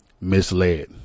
misled